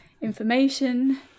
information